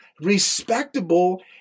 respectable